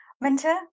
Minta